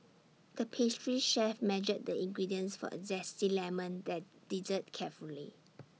the pastry chef measured the ingredients for A Zesty Lemon that dessert carefully